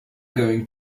going